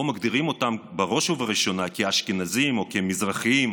או מגדירים אותם בראש ובראשונה כאשכנזים או כמזרחים,